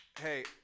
Hey